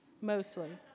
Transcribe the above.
mostly